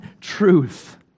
truth